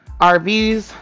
RVs